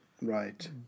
Right